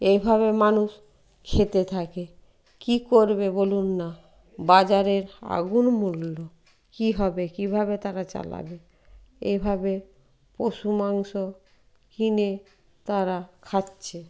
এইভাবে মানুষ খেতে থাকে কী করবে বলুন না বাজারের আগুন মূল্য কী হবে কীভাবে তারা চালাবে এইভাবে পশু মাংস কিনে তারা খাচ্ছে